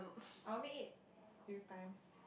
I only eat few times